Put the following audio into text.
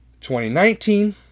2019